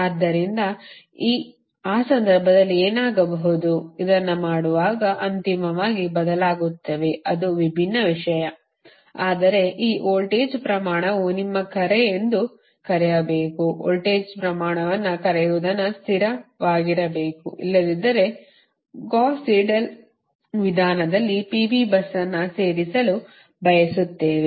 ಆದ್ದರಿಂದ ಆ ಸಂದರ್ಭದಲ್ಲಿ ಏನಾಗಬಹುದು ಇದನ್ನು ಮಾಡುವಾಗ ಅಂತಿಮವಾಗಿ ಬದಲಾಗುತ್ತೇವೆ ಅದು ವಿಭಿನ್ನ ವಿಷಯ ಆದರೆ ಈ ವೋಲ್ಟೇಜ್ ಪ್ರಮಾಣವು ನಿಮ್ಮ ಕರೆ ಎಂದು ಕರೆಯಬೇಕು ವೋಲ್ಟೇಜ್ ಪರಿಮಾಣವನ್ನು ಕರೆಯುವದನ್ನು ಸ್ಥಿರವಾಗಿರಬೇಕು ಇಲ್ಲದಿದ್ದರೆ ಗೌಸ್ ಸೀಡೆಲ್ ವಿಧಾನದಲ್ಲಿ PV bus ಅನ್ನು ಸೇರಿಸಲು ಬಯಸುತ್ತೇವೆ